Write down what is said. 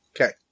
Okay